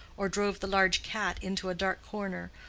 or drove the large cat into a dark corner,